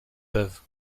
peuvent